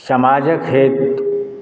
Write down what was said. समाजक हेतु